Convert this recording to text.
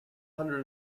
hundred